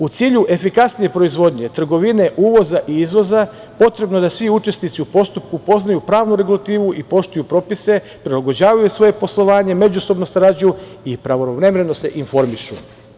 U cilju efikasnije proizvodnje, trgovine, uvoza i izvoza, potrebno je da svi učesnici u postupku poznaju pravnu regulativu i poštuju propise, prilagođavaju svoje poslovanje, međusobno sarađuju i pravovremeno se informišu.